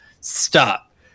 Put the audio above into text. Stop